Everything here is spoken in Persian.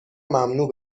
ممنوع